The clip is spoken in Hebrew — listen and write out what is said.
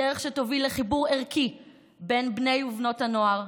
דרך שתוביל לחיבור ערכי בין בני ובנות הנוער,